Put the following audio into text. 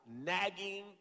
nagging